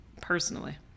personally